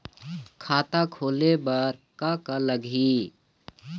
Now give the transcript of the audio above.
खाता खोले बर का का लगही?